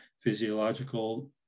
physiological